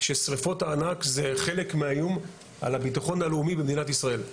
ששריפות הענק זה חלק מהאיום על הביטחון הלאומי במדינת ישראל.